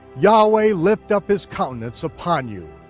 yahweh lift up his countenance upon you,